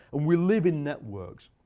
and we live in networks.